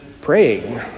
praying